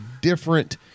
different